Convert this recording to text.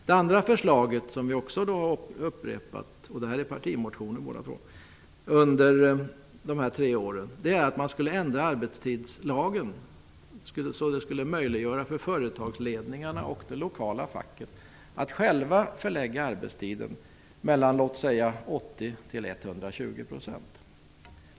Det andra förslag som vi har upprepat under dessa tre år -- det är partimotioner båda två -- innebär att man skulle ändra arbetstidslagen så att företagsledningarna och de lokala facken fick möjlighet att själva förlägga arbetstiden mellan låt säga 80 % och 120 %.